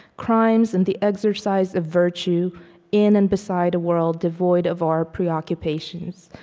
crimes and the exercise of virtue in and beside a world devoid of our preoccupations,